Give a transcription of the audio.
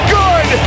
good